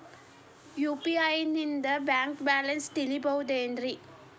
UPI ನಿಂದ bank balance ತಿಳಿಬಹುದೇನ್ರಿ?